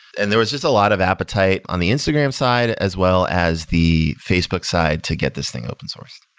and there was just a lot of appetite on the instagram side, as well as the facebook side to get this thing open sourced.